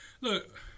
Look